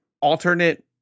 alternate